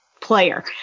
player